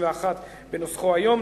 בנוסחו היום,